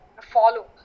follow